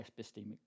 epistemic